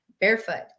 barefoot